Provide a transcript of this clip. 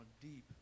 deep